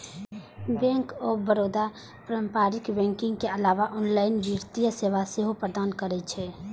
bank of Baroda पारंपरिक banking के अलावे ऑनलाइन वित्तीय सेवा सेहो प्रदान करै छै